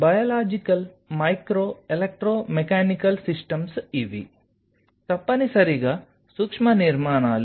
biological micro electromechanical systems ఇవి తప్పనిసరిగా సూక్ష్మ నిర్మాణాలు